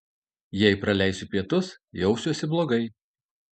jei praleisiu pietus jausiuosi blogai